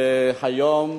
והיום,